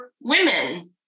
women